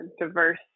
diverse